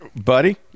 Buddy